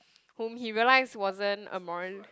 whom he realized wasn't a moral~